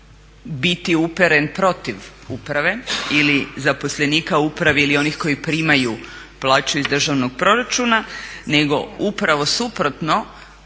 biti uperen protiv uprave ili zaposlenika uprave ili onih koji primaju plaću iz državnog proračuna, nego upravo suprotno